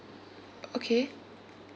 okay